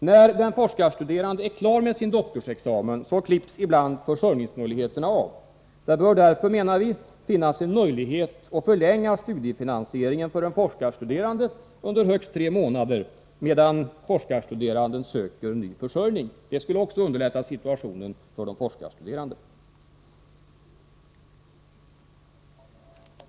När den forskarstuderande är klar med sin doktorsexamen, klipps ibland försörjningsmöjligheterna av. Det bör därför, menar vi, finnas en möjlighet att förlänga studiefinansieringen för en forskarstuderande under högst tre månader medan forskarstuderanden söker ny försörjning. Det skulle också underlätta situationen för de forskarstuderande.